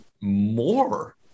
more